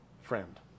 friend